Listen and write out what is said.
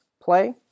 play